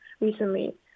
recently